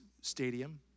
Stadium